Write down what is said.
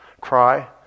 cry